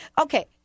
Okay